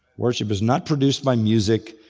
worship is not produced by music.